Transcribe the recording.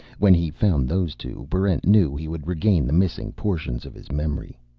when he found those two, barrent knew he would regain the missing portions of his memory.